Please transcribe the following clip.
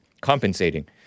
Compensating